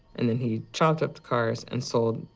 and then he chopped up the cars, and sold.